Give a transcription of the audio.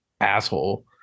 asshole